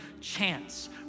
chance